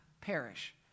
perish